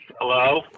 Hello